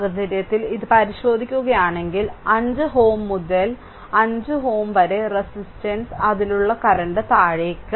ഈ സാഹചര്യത്തിൽ ഇത് പരിശോധിക്കുകയാണെങ്കിൽ 5 Ω മുതൽ 5 Ω വരെ റെസിസ്റ്റൻസ് അതിലുള്ള കറന്റ് താഴേക്ക്